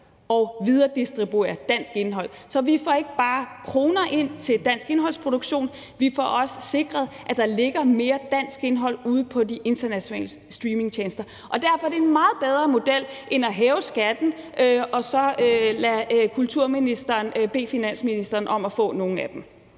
og videredistribuerer dansk indhold. Så vi får ikke bare kroner ind til dansk indholdsproduktion; vi får også sikret, at der ligger mere dansk indhold ude på de internationale streamingtjenester. Derfor er det en meget bedre model end at hæve skatten og så lade kulturministeren bede